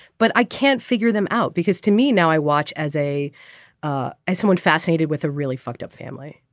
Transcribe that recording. but i can't figure them out because to me now i watch as a ah i someone fascinated with a really fucked up family.